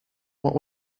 what